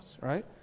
right